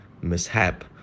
mishap